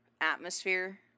atmosphere